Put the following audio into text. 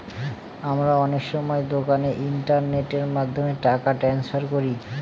আমরা অনেক সময় দোকানে ইন্টারনেটের মাধ্যমে টাকা ট্রান্সফার করি